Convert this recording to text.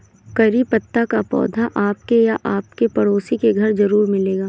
करी पत्ता का पौधा आपके या आपके पड़ोसी के घर ज़रूर मिलेगा